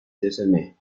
détenait